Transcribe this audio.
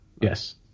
yes